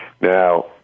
Now